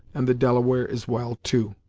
and the delaware is well, too.